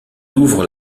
ouvre